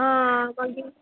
आं मागीर